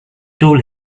told